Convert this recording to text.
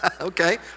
Okay